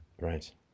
Right